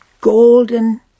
golden